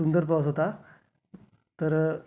सुंदर प्रवास होता तर